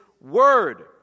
word